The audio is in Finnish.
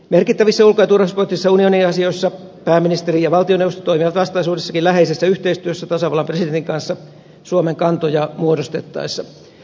merkittävissä ulko ja turvallisuuspoliittisissa unioniasioissa pääministeri ja valtioneuvosto toimivat vastaisuudessakin läheisessä yhteistyössä tasavallan presidentin kanssa suomen kantoja muodostettaessa